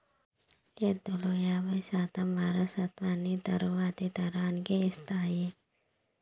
ఎద్దులు యాబై శాతం వారసత్వాన్ని తరువాతి తరానికి ఇస్తాయి